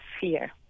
fear